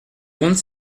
rondes